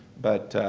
but